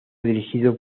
dirigido